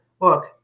look